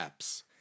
apps